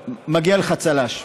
מגיע לך צל"ש.